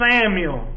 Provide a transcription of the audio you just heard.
Samuel